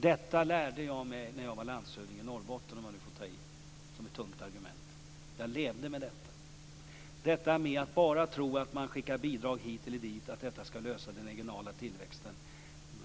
Detta lärde jag mig när jag var landshövding i Norrbotten, om jag nu får ta i med det som ett tungt argument. Jag levde med detta. Det finns en tro att man skall skicka bidrag hit eller dit och att detta skall lösa problemet med den regionala tillväxten.